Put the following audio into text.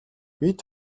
бид